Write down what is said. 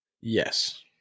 Yes